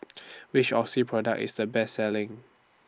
Which Oxy Product IS The Best Selling